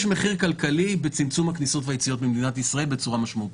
יש מחיר כלכלי בצמצום הכניסות והיציאות במדינת ישראל בצורה משמעותית.